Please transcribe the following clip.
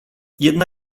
jedna